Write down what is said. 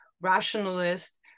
rationalist